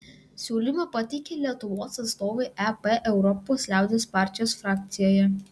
siūlymą pateikė lietuvos atstovai ep europos liaudies partijos frakcijoje